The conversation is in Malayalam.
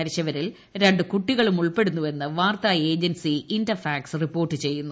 മരിച്ചവരിൽ രണ്ട് കൂട്ടികളും ഉൾപ്പെടുന്നുവെന്ന് വാർത്താ ഏജൻസി ഇന്റർഫാക്സ് റിപ്പോർട്ട് ചെയ്യുന്നു